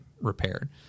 repaired